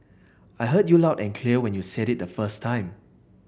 I heard you loud and clear when you said it the first time